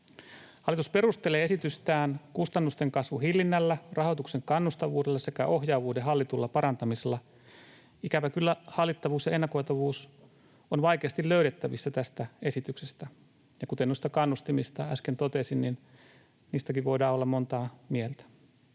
Hallitus perustelee esitystään kustannusten kasvun hillinnällä, rahoituksen kannustavuudella sekä ohjaavuuden hallitulla parantamisella. Ikävä kyllä hallittavuus ja ennakoitavuus ovat vaikeasti löydettävissä tästä esityksestä, ja kuten noista kannustimista äsken totesin, niin niistäkin voidaan olla montaa mieltä.